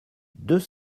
deux